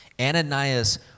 Ananias